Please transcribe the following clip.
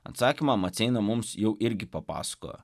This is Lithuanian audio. atsakymą maceina mums jau irgi papasakojo